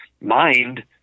mind